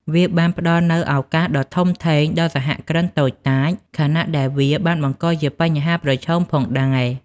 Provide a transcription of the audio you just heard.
វាបានផ្តល់នូវឱកាសដ៏ធំធេងដល់សហគ្រិនតូចតាច ខណៈដែលវាបានបង្កជាបញ្ហាប្រឈមផងដែរ។